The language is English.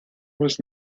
was